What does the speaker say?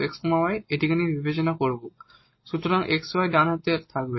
সুতরাং xy ডান হাতের দিকে থাকবে